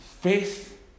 Faith